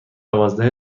دوازده